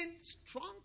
strong